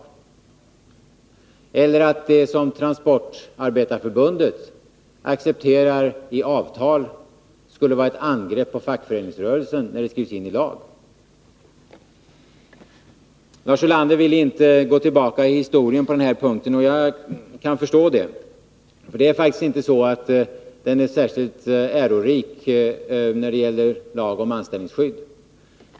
Hur kan det komma sig att det som Transportarbetareförbundet accepterar i avtal skulle vara ett angrepp på fackföreningsrörelsen när det skrivs in i lag? Lars Ulander ville inte gå tillbaka i historien på den här punkten, och jag kan förstå det. Den är faktiskt inte särskilt ärorik när det gäller lag om anställningsskydd.